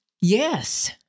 yes